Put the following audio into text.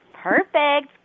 Perfect